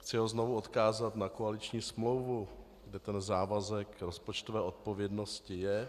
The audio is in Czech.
Chci ho znovu odkázat na koaliční smlouvu, kde ten závazek rozpočtové odpovědnosti je.